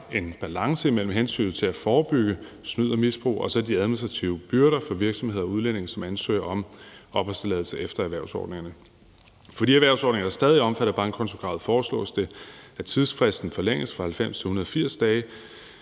en balance imellem hensynet til at forebygge snyd og misbrug og så de administrative byrder for virksomheder og udlændinge, som ansøger om opholdstilladelse efter erhvervsordningerne. For de erhvervsordninger, der stadig er omfattet af bankkontokravet, foreslås det, at tidsfristen forlænges fra 90 til 180 dage